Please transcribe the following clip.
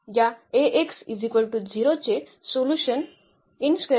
या Ax 0 चे solution होईल